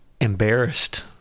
embarrassed